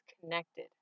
connected